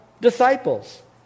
disciples